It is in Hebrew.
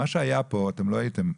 מה שהיה כאן, אתם לא הייתם,